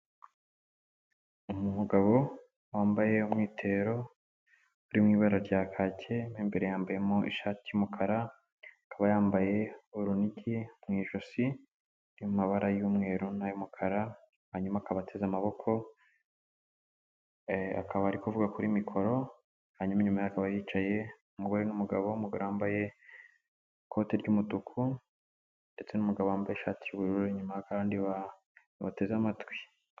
Umugabo wambaye umwitero uri mu ibara rya kake, mo imbere yambaye mo ishati y'umukara, akaba yambaye urunigi mu ijosi ruri mu mabara y'umweru n'ay'umukara, hanyuma akaba ateze amaboko, akaba ari kuvuga kuri mikoro, hanyuma inyuma ye hakaba hicaye umugore n'umugabo, umugore wambaye ikote ry'umutuku ndetse n'umugabo wambaye ishati y'ubururu inyuma kandi bateze amatwi.